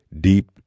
deep